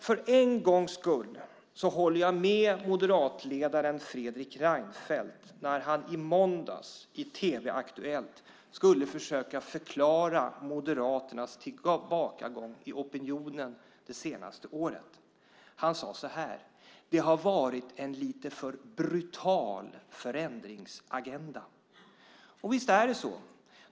För en gångs skull höll jag med moderatledaren Fredrik Reinfeldt när han i måndags i Aktuellt på tv skulle försöka förklara Moderaternas tillbakagång i opinionen under det senaste året. Han sade: Det har varit en lite för brutal förändringsagenda. Visst är det så.